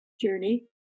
journey